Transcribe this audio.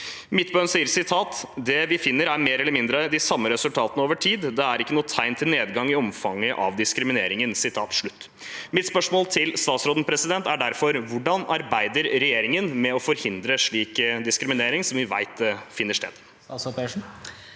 Midtbøen sier: «Det vi finner er mer eller mindre de samme resultatene over tid. Det er ikke noe tegn til nedgang i omfanget av diskriminering.» Mitt spørsmål til statsråden er derfor: Hvordan arbeider regjeringen med å forhindre slik diskriminering, som vi vet finner sted? Statsråd Marte